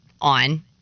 on